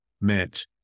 meant